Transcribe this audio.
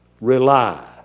rely